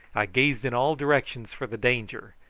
i gazed in all directions for the danger,